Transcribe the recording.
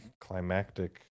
climactic